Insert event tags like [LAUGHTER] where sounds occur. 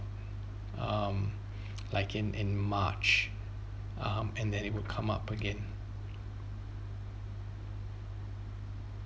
um [BREATH] like in in march um and then it will come up again